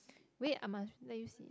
wait I must let you see